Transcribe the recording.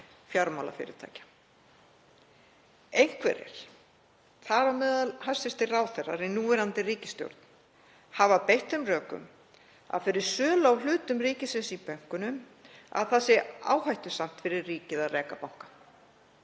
fjármálafyrirtækja. Einhverjir, þar á meðal ráðherrar í núverandi ríkisstjórn, hafa beitt þeim rökum fyrir sölu á hlutum ríkisins í bönkunum, að það sé áhættusamt fyrir ríkið að reka banka.